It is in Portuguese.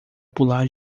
pular